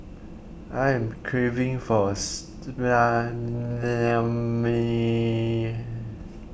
I am craving for a